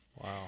Wow